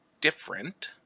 different